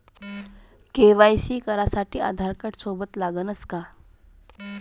KYC करासाठी आधारकार्ड सोबत लागनच का?